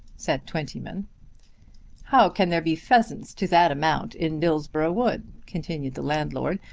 said twentyman. how can there be pheasants to that amount in dillsborough wood, continued the landlord,